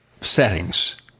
settings